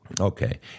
Okay